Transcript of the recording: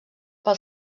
pel